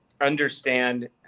understand